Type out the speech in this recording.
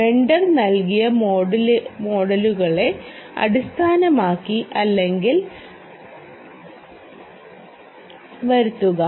vendor നൽകിയ മോഡലുകളെ അടിസ്ഥാനമാക്കി അല്ലെങ്കിൽ വെണ്ടർ നൽകുന്നതിനോട് ഏറ്റവും അടുത്തുള്ള സിമുലേഷൻ പാരാമീറ്ററുകളിൽ മാറ്റങ്ങൾ വരുത്തുക